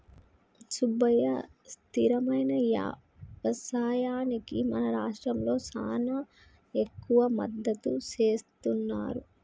సుబ్బయ్య స్థిరమైన యవసాయానికి మన రాష్ట్రంలో చానా ఎక్కువ మద్దతు సేస్తున్నారు